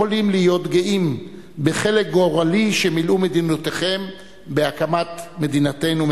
יכולים להיות גאים בחלק גורלי שמילאו מדינותיכם בהקמת מדינתנו,